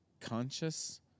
conscious